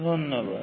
ধন্যবাদ